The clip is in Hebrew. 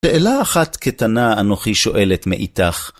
‫שאלה אחת קטנה אנכי שאלת מאתך.